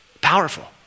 powerful